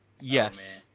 Yes